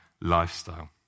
lifestyle